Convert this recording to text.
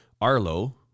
Arlo